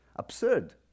absurd